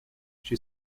she